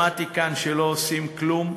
שמעתי כאן שלא עושים כלום,